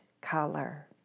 color